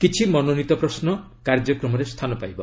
କିଛି ମନୋନୀତ ପ୍ରଶ୍ନ କାର୍ଯ୍ୟକ୍ରମରେ ସ୍ଥାନ ପାଇବ